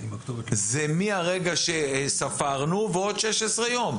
זה מהרגע שספרנו ועוד 16 יום.